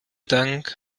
dank